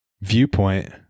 viewpoint